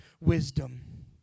wisdom